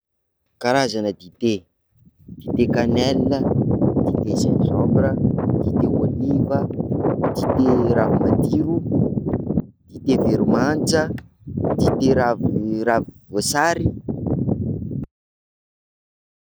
Karazana dité: dité kanely, dité gingembre, dité ôliva, dité ravi-madiro, dité veromanitra, dité ravim-boasary.